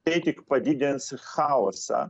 tai tik padidins chaosą